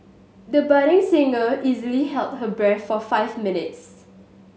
the budding singer easily held her breath for five minutes